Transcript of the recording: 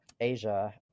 Asia